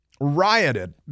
rioted